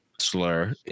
slur